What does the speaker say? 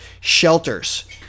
shelters